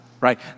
right